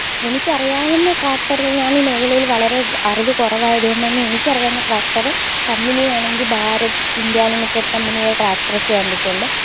എനിക്കറിയാകുന്ന ട്രാക്റ്ററുകള് ഞാനീ മേഘലയില് വളരെ വ് അറിവ് കുറവായതു കൊണ്ടു തന്നെ എനിക്കറിയാവുന്ന ട്രാക്റ്റർ കമ്പനി വേണമെങ്കിൽ ഭാരത് ഇന്ഡ്യ ലിമിറ്റഡ് കമ്പനിയുടെ ട്രാക്റ്റര്സ് കണ്ടിട്ടുണ്ട്